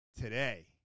today